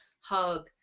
hug